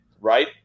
right